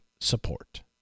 support